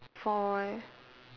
for what